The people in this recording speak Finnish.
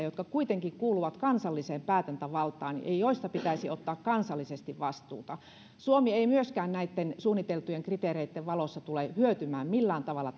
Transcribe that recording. jotka kuitenkin kuuluvat kansalliseen päätäntävaltaan ja joissa pitäisi ottaa kansallisesti vastuuta suomi ei myöskään näitten suunniteltujen kriteereitten valossa tule hyötymään millään tavalla